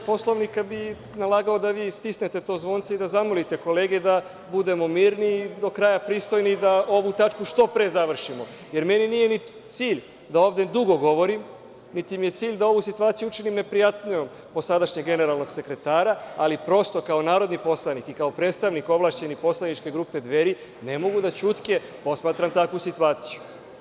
Poslovnika bi nalagao da vi stisnete to zvonce i da zamolite kolege da budemo mirni i do kraja budemo pristojni i ovu tačku do kraja što pre završimo, jer meni ni nije cilj da ovde dugo govorim, niti mi je cilj da ovu situaciju učinim neprijatnijom po sadašnjeg generalnog sekretara, ali prosto, kao narodni poslanik i kao ovlašćeni predstavnik poslaničke grupe Dveri, ne mogu da ćutke posmatram takvu situaciju.